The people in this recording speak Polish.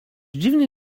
dziwnie